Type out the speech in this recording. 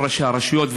כל ראשי הרשויות,